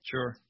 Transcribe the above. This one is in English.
Sure